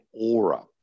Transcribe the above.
aura